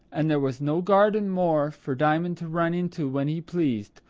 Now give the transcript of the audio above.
and there was no garden more for diamond to run into when he pleased,